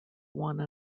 one